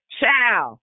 Ciao